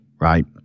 right